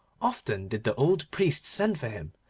often did the old priest send for him,